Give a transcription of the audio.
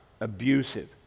abusive